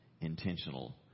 intentional